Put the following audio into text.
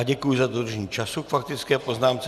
Děkuji za dodržení času k faktické poznámce.